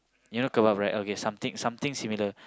you know Kebab right okay something something similar